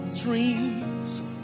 dreams